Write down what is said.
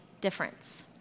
difference